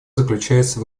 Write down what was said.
заключается